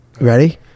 Ready